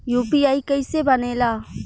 UPI कईसे बनेला?